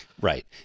Right